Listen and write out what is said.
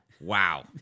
wow